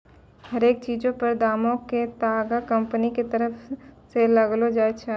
हरेक चीजो पर दामो के तागा कंपनी के तरफो से लगैलो जाय छै